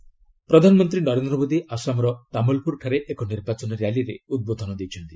Assam PM ପ୍ରଧାନମନ୍ତ୍ରୀ ନରେନ୍ଦ୍ର ମୋଦୀ ଆସାମର ତାମଲପୁରଠାରେ ଏକ ନିର୍ବାଚନ ର୍ୟାଲିରେ ଉଦ୍ବୋଧନ ଦେଇଛନ୍ତି